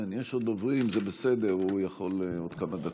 זה בסדר, הוא יכול להגיע בעוד כמה דקות.